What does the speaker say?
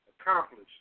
accomplished